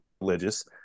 religious